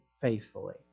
faithfully